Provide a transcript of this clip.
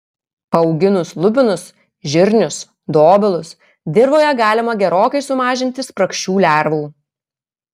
paauginus lubinus žirnius dobilus dirvoje galima gerokai sumažinti spragšių lervų